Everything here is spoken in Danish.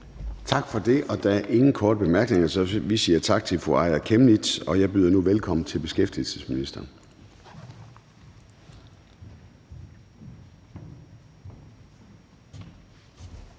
Tak for det. Der er ingen korte bemærkninger, så vi siger tak til fru Helle Bonnesen. Og jeg byder nu velkommen til hr. Pelle Dragsted